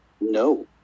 No